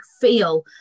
feel